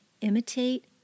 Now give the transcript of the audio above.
imitate